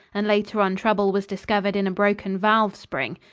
and later on trouble was discovered in a broken valve-spring.